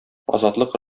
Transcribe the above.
азатлык